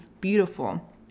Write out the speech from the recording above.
beautiful